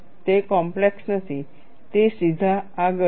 તે કોમ્પ્લેક્ષ નથી તે સીધા આગળ છે